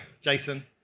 Jason